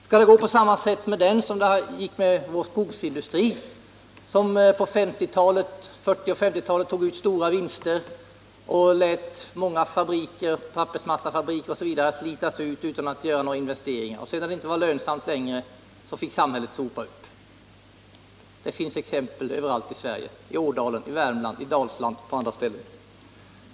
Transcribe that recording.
Skall det gå på samma sätt med bilindustrin som det gjorde med skogsindustrin, som på 1940 och 1950-talen tog ut stora vinster och lät många pappersmassefabriker m.m. slitas ut utan att man gjorde några investeringar? När det sedan inte var lönsamt längre, fick samhället sopa upp. Det finns exempel överallt i Sverige —-i Ådalen, i Värmland, i Dalsland och på andra ställen.